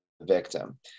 victim